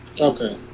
Okay